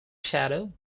shadow